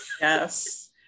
Yes